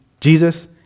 Jesus